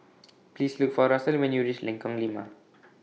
Please Look For Russel when YOU REACH Lengkong Lima